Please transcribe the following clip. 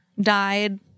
died